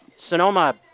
sonoma